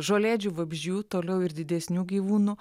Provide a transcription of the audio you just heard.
žolėdžių vabzdžių toliau ir didesnių gyvūnų